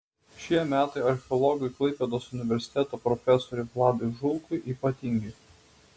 šie metai archeologui klaipėdos universiteto profesoriui vladui žulkui ypatingi